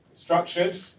Structured